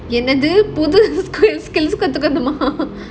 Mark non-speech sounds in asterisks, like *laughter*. என்னது புது:ennathu pudhu skills skills கத்துக்கனுமா:kathukanumaa *laughs*